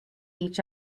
each